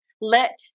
let